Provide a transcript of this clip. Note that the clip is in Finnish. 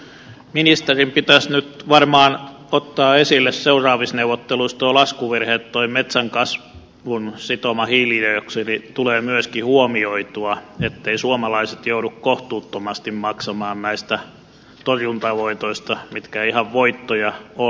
ministerin pitäisi nyt varmaan ottaa esille seuraavissa neuvotteluissa tuo laskuvirhe että metsän kasvun sitoma hiilidioksidi tulee myöskin huomioitua etteivät suomalaiset joudu kohtuuttomasti maksamaan näistä torjuntavoitoista mitkä eivät ihan voittoja olleetkaan